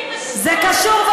זה לא קשור לימין ושמאל.